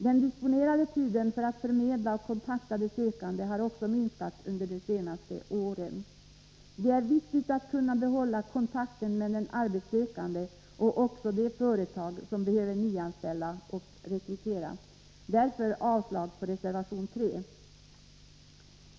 Den disponerade tiden för att förmedla arbete och kontakta de sökande har också minskat under de senaste åren. Det är viktigt att kunna behålla kontakten med den arbetssökande och också de företag som behöver nyanställa och rekrytera. Därför yrkar jag avslag på reservation 3.